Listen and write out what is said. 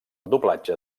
doblatge